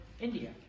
India